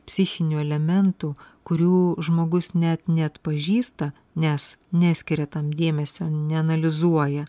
psichinių elementų kurių žmogus net neatpažįsta nes neskiria tam dėmesio neanalizuoja